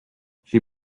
she